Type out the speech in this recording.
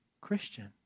Christian